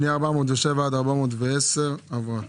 פנייה 407 עד 410 עברה.